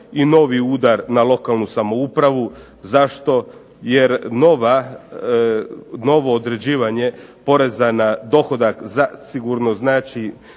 i n ovi udar na lokalnu samoupravu. Zašto? Jer novo određivanje poreza na dohodak zasigurno znači